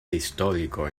histórico